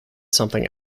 something